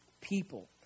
people